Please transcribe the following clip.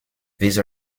these